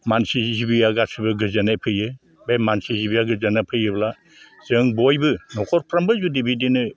मानसि जिबिया गासिबो गोजोनै फैयो बे मानसि जिबिया गोजोननाय फैयोब्ला जों बयबो न'खरफ्रोमबो जुदि बिदिनो